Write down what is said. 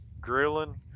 grilling